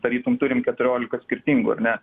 tarytum turim keturiolika skirtingų ar ne